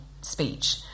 speech